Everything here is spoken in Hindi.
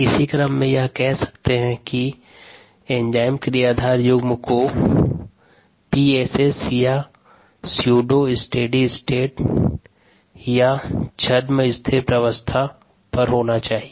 इसी क्रम में यह कह सकते है कि एंजाइम क्रियाधार युग्म को PSS या सूडो स्टेडी स्टेट या छद्म स्थिर प्रवस्था पर होना चाहिए